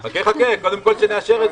למליאה,